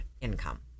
income